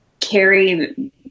carry